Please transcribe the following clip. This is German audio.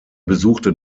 besuchte